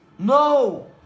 No